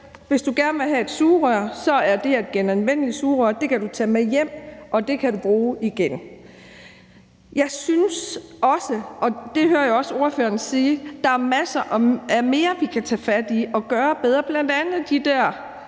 hvis du gerne vil have et sugerør, så er det her et genanvendeligt sugerør, og det kan du tage med hjem, og det kan du bruge igen. Jeg synes også – og det hører jeg også ordføreren sige – at der er masser af andre ting, vi kan tage fat i og gøre bedre, bl.a. de der